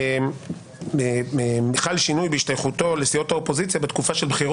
ואם תמה כהונת הכנסת,